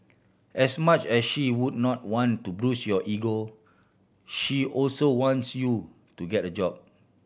as much as she would not want to bruise your ego she also wants you to get a job